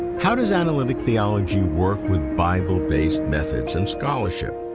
how does analytic theology work with bible-based methods and scholarship?